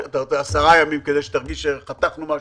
ימים, כדי שתרגיש שחתכנו משהו.